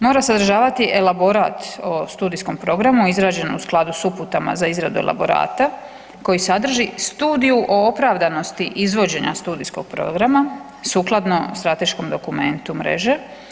Mora sadržavati elaborat o studijskom programu izrađen u skladu s uputama za izradu elaborata koji sadrži Studiju o opravdanosti izvođenja studijskog programa sukladno strateškom dokumentu mreže.